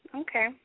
okay